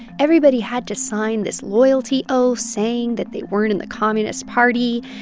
everybody had to sign this loyalty oath, saying that they weren't in the communist party,